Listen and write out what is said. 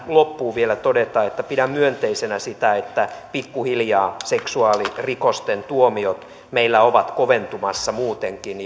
loppuun vielä todeta että pidän myönteisenä sitä että pikkuhiljaa seksuaalirikosten tuomiot meillä ovat koventumassa muutenkin